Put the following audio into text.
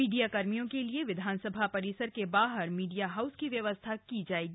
media कर्मियों के लिए विधानसभा परिसर के बाहर मीडिया हाउस की व्यवस्था की जाएगी